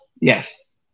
Yes